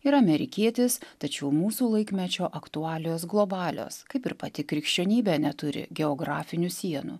ir amerikietis tačiau mūsų laikmečio aktualijos globalios kaip ir pati krikščionybė neturi geografinių sienų